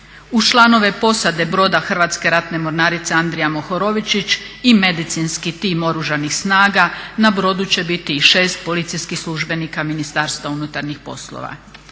Uz članove posade broda Hrvatske ratne mornarice Andrija Mohorovičić i medicinski tim Oružanih snaga na brodu će biti i 6 policijskih službenika Ministarstva unutarnjih poslova.